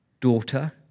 daughter